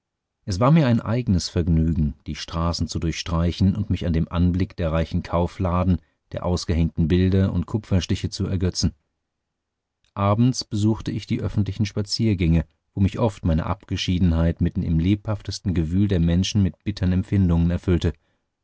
es war mir ein eignes vergnügen die straßen zu durchstreichen und mich an dem anblick der reichen kaufladen der ausgehängten bilder und kupferstiche zu ergötzen abends besuchte ich die öffentlichen spaziergänge wo mich oft meine abgeschiedenheit mitten im lebhaftesten gewühl der menschen mit bittern empfindungen erfüllte